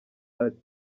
ati